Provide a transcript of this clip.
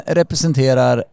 representerar